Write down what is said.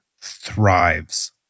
thrives